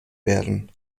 werden